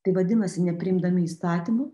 tai vadinasi nepriimdami įstatymų